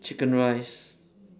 chicken rice